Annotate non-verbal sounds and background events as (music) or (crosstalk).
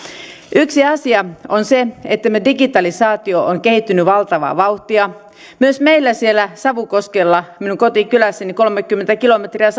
yksi asia on se että digitalisaatio on kehittynyt valtavaa vauhtia myös meillä siellä savukoskella minun kotikylässäni kolmekymmentä kilometriä (unintelligible)